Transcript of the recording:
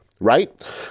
right